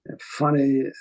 funny